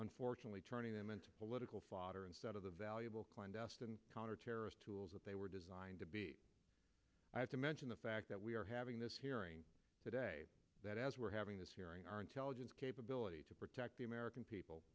unfortunately turning them into political fodder instead of the valuable clandestine counterterrorist tools that they were designed to be i have to mention the fact that we are having this hearing today as we're having this hearing our intelligence capability to protect the american people